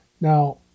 Now